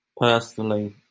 Personally